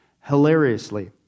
Hilariously